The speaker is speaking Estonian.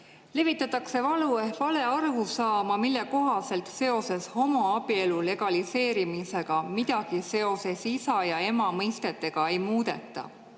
Levitatakse valearusaama, mille kohaselt seoses homoabielu legaliseerimisega midagi isa ja ema mõistete puhul ei muudeta.